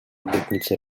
obietnicy